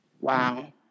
wow